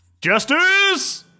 justice